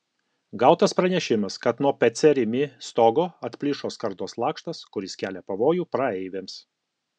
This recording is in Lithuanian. gautas pranešimas kad nuo pc rimi stogo atplyšo skardos lakštas kuris kelia pavojų praeiviams